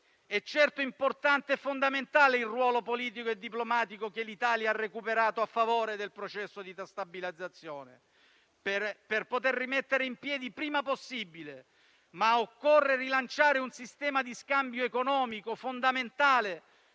è certo importante e fondamentale il ruolo politico e diplomatico che l'Italia ha recuperato a favore del processo di stabilizzazione per poterlo rimettere in piedi il prima possibile, ma occorre rilanciare un sistema di scambio economico fondamentale